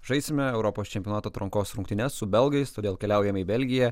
žaisime europos čempionato atrankos rungtynes su belgais todėl keliaujame į belgiją